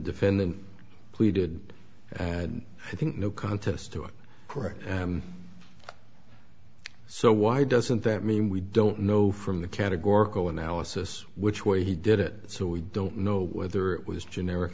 defendant pleaded and i think no contest to it correct so why doesn't that mean we don't know from the categorical analysis which way he did it so we don't know whether it was generic